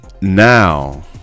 Now